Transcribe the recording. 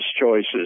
choices